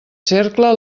cercle